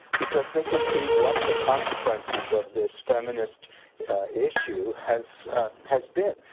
because they can see what the consequences of this feminist issue has has been.